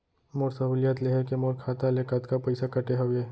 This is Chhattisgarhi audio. मोर सहुलियत लेहे के मोर खाता ले कतका पइसा कटे हवये?